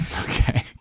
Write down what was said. Okay